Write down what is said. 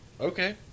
Okay